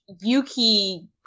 Yuki